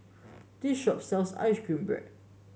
this shop sells ice cream bread